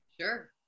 sure